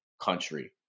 country